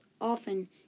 often